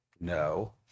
No